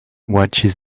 watches